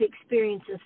experiences